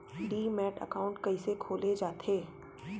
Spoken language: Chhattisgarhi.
डीमैट अकाउंट कइसे खोले जाथे?